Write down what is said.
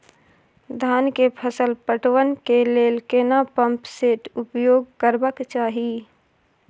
धान के फसल पटवन के लेल केना पंप सेट उपयोग करबाक चाही?